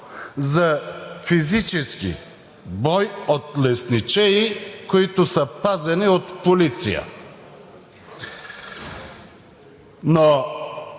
за физически бой от лесничеи, които са пазени от полиция. Но